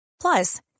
Plus